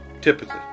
Typically